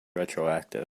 retroactive